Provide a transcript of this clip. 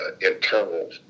internal